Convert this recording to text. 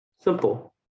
simple